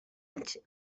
anys